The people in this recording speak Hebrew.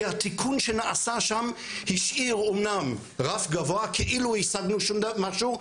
כי התיקון שנעשה שם השאיר אמנם רף גבוה כאילו השגנו משהו,